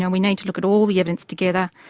um we need to look at all the evidence together.